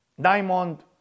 diamond